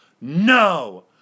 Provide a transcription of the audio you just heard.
no